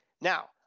Now